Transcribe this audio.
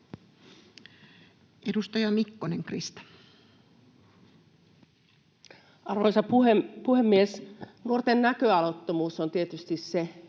13:25 Content: Arvoisa puhemies! Nuorten näköalattomuus on tietysti se,